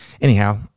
Anyhow